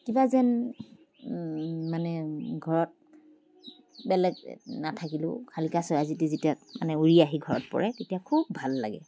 কিবা যেন মানে ঘৰত বেলেগ নাথাকিলেও শালিকা চৰাই যদি যেতিয়া মানে উৰি আহি ঘৰত পৰে তেতিয়া খুব ভাল লাগে